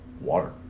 water